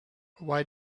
why